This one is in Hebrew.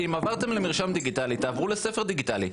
אם עברתם למרשם דיגיטלי, תעברו לספר דיגיטלי.